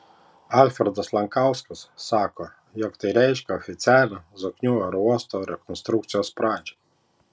alfredas lankauskas sako jog tai reiškia oficialią zoknių aerouosto rekonstrukcijos pradžią